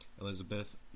Elizabeth